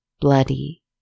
bloody